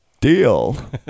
deal